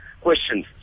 questions